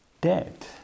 dead